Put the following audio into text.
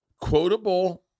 quotable